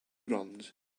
runs